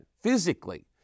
physically